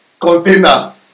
container